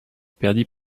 perdit